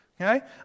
okay